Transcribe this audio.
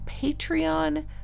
Patreon